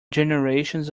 generations